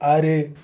ஆறு